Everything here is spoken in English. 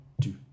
two